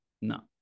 no